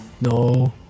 No